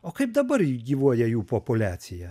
o kaip dabar ji gyvuoja jų populiacija